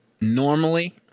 normally